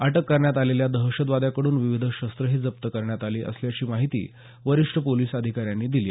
अटक करण्यात आलेल्या दहशतवाद्यांकडून विविध शस्त्रही जप्त करण्यात आली असल्याची माहिती वरिष्ठ पोलिस अधिकाऱ्यांना दिली